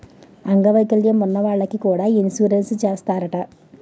అంగ వైకల్యం ఉన్న వాళ్లకి కూడా ఇన్సురెన్సు చేస్తారట